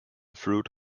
fruit